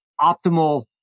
optimal